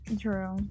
true